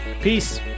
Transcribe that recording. Peace